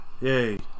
yay